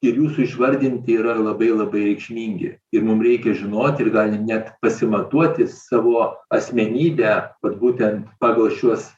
ir jūsų išvardinti yra labai labai reikšmingi ir mum reikia žinot ir gali net pasimatuoti savo asmenybę vat būtent pagal šiuos